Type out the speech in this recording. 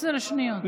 עשר שניות.